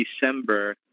December